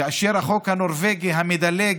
כאשר החוק הנורבגי המדלג,